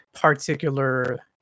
particular